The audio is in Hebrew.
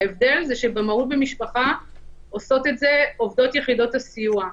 ההבדל הוא שבמהו"ת במשפחה עושות את זה עובדות יחידות הסיוע,